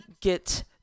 get